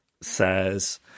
says